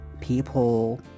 people